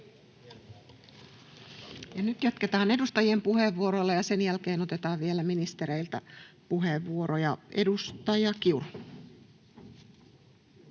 Nyt jatketaan edustajien puheenvuoroilla, ja sen jälkeen otetaan vielä ministereiltä puheenvuoroja. — Edustaja Kiuru.